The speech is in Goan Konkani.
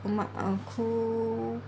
खूब